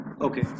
okay